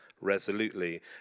resolutely